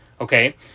okay